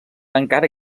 encara